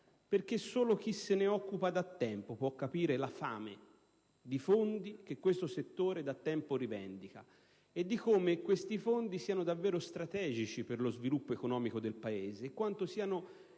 perché solo chi se ne occupa da tempo può capire la fame di risorse di questo settore, che da tempo le rivendica, quanto tali fondi siano davvero strategici per lo sviluppo economico del Paese e quanto siano